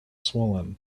swollen